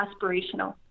aspirational